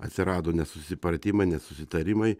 atsirado nesusipratimai nesusitarimai